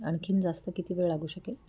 आणखी जास्त किती वेळ लागू शकेल